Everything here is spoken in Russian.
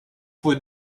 твой